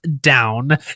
down